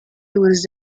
tourist